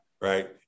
right